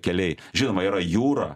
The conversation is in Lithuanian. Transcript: keliai žinoma yra jūra